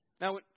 Now